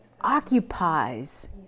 occupies